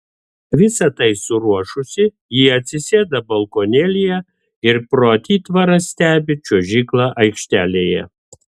visa tai suruošusi ji atsisėda balkonėlyje ir pro atitvarą stebi čiuožyklą aikštelėje